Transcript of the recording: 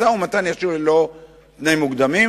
משא-ומתן ישיר ללא תנאים מוקדמים,